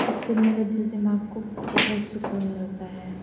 جس سے میرے دل دماغ کو بہت سکون ملتا ہے